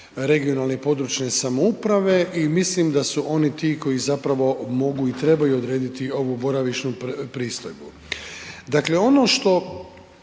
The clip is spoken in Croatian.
regionalne i područne samouprave i mislim da su oni ti koji zapravo mogu i trebaju odrediti ovu boravišnu pristojbu. Dakle, ono što